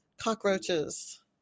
cockroaches